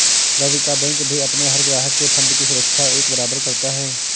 रवि का बैंक भी अपने हर ग्राहक के फण्ड की सुरक्षा एक बराबर करता है